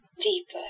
Deeper